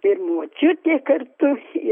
ir močiutė kartu ir